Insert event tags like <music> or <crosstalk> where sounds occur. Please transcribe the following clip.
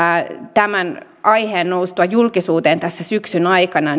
tämän aiheen noustua julkisuuteen tässä syksyn aikana <unintelligible>